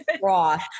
broth